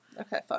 Okay